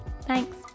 Thanks